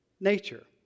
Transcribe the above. nature